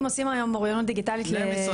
היום עושים אוריינות דיגיטלית למבוגרים?